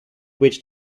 which